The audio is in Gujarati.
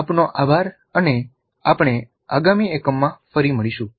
આપનો આભાર અને આપણે આગામી એકમ માં ફરી મળીશું